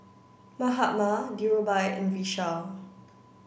Mahatma Dhirubhai and Vishal